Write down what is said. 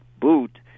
boot